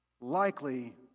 likely